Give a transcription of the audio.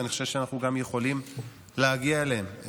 ואני חושב שאנחנו גם יכולים להגיע אליהם.